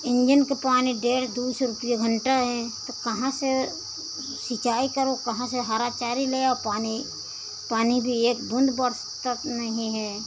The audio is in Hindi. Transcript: इंजन का पानी डेढ़ दो सौ रुपिया घंटा है तो कहाँ से सिंचाई करो कहाँ से हरा चारा ले आओ पानी पानी भी एक बूंद बरसात नहीं है